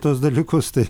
tuos dalykus tai